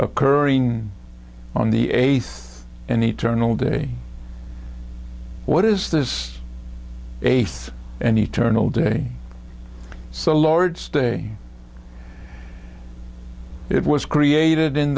occurring on the eighth and eternal day what is this a and eternal day so lord's day it was